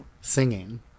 singing